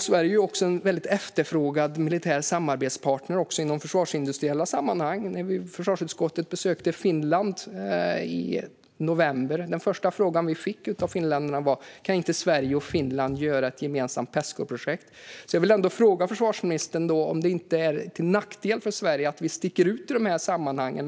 Sverige är också en väldigt efterfrågad militär samarbetspartner inom försvarsindustriella sammanhang. När försvarsutskottet besökte Finland i november var den första frågan vi fick av finländarna: Kan inte Sverige och Finland göra ett gemensamt Pescoprojekt? Jag vill ändå fråga försvarsministern om det inte är till nackdel för Sverige att vi sticker ut i de sammanhangen.